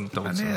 אם אתה רוצה.